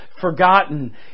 forgotten